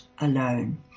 alone